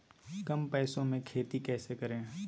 कम पैसों में खेती कैसे करें?